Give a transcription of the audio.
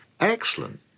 Excellent